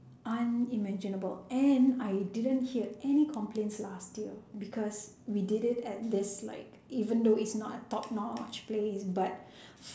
unimaginable and I didn't hear any complaints last year because we did it at this like even though it is not a top notch place but